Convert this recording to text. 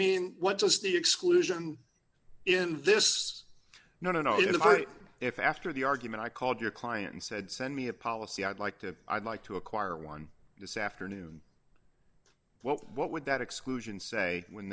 mean what does the exclusion in this know if i if after the argument i called your client and said send me a policy i'd like to i'd like to acquire one this afternoon what would that exclusion say when